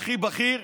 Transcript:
הכי בכיר,